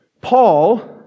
Paul